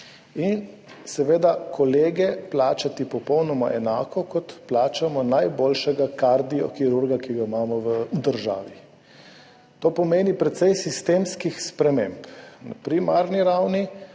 in, seveda, kolege plačati popolnoma enako, kot plačamo najboljšega kardiokirurga, ki ga imamo v državi. To pomeni precej sistemskih sprememb na primarni ravni,